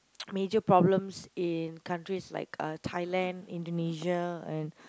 major problem in the countries like uh Thailand Indonesia and